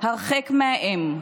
הרחק מהאם,